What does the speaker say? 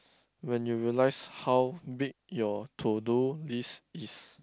when you realise how big your to-do list is